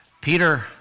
Peter